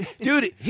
Dude